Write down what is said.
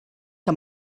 que